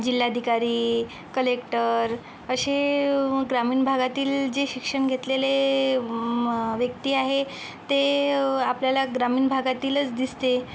जिल्हाधिकारी कलेक्टर असे ग्रामीण भागातील जे शिक्षण घेतलेले व्यक्ती आहे ते आपल्याला ग्रामीण भागातीलच दिसते